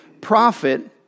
prophet